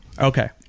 Okay